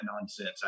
nonsense